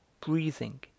breathing